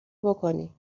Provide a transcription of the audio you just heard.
بکنی